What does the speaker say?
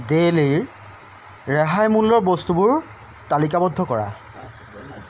ডেইলীৰ ৰেহাই মূল্যৰ বস্তুবোৰ তালিকাবদ্ধ কৰা